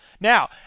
Now